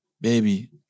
baby